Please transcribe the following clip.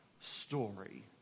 story